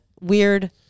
weird